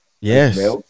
Yes